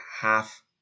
half